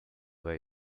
way